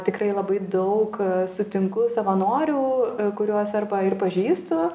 tikrai labai daug sutinku savanorių kuriuos arba ir pažįstu